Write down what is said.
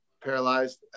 paralyzed